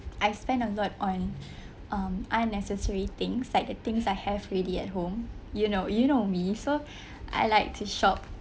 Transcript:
I spend a lot on um unnecessary things like the things I have already at home you know you know me so I like to shop